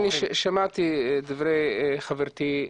אני שמעתי את דבריי חברתי,